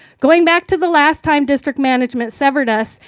going back to the last time district management severed us,